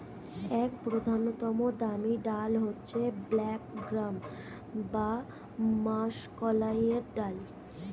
এক প্রধানতম দামি ডাল হচ্ছে ব্ল্যাক গ্রাম বা মাষকলাইয়ের ডাল